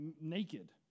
naked